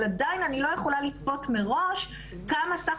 אבל עדיין אני לא יכולה לצפות מראש כמה בסך